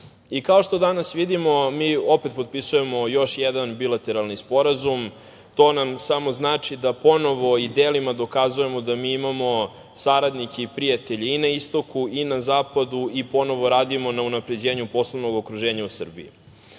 što danas vidimo mi opet potpisujemo još jedan bilateralni sporazum. To nam samo znači da ponovo i delima dokazujemo da mi imamo saradnike i prijatelje i na istoku i na zapadu i ponovo radimo na unapređenju poslovnog okruženja u Srbiji.